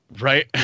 Right